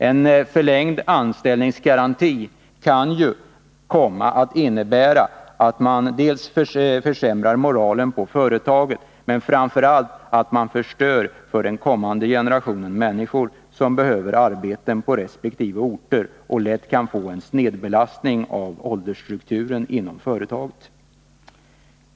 En förlängd anställningsgaranti kan ju komma att innebära att man försämrar moralen inom företaget men framför allt att man förstör för den kommande generationen människor som behöver arbeten på resp. orter. Det kan lätt bli en snedbelastning i fråga om åldersstrukturen inom företaget.